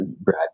Brad